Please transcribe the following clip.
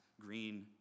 green